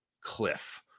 cliff